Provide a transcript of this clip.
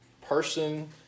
person